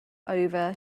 over